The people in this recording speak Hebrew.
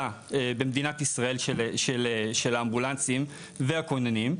במדינת ישראל של האמבולנסים והכוננים.